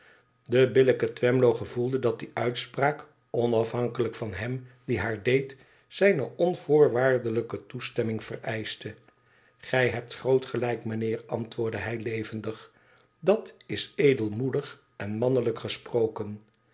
de billijke twemlow gevoelde dat die uitspraak onafhankelijk van hem die haar deed zijne onvoorwaardelijke toestemming vereischte gij hebt groot gelijk mijnheer antwoordde hij levendig t dat is edelmoedig en mannelijk gesproken